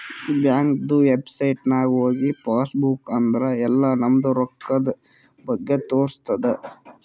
ಬ್ಯಾಂಕ್ದು ವೆಬ್ಸೈಟ್ ನಾಗ್ ಹೋಗಿ ಪಾಸ್ ಬುಕ್ ಅಂದುರ್ ಎಲ್ಲಾ ನಮ್ದು ರೊಕ್ಕಾದ್ ಬಗ್ಗೆ ತೋರಸ್ತುದ್